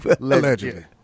allegedly